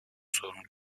sorunu